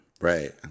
right